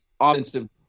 offensive